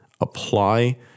apply